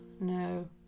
No